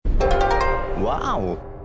Wow